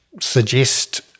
suggest